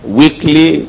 weekly